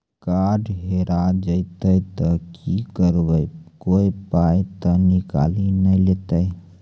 Card हेरा जइतै तऽ की करवै, कोय पाय तऽ निकालि नै लेतै?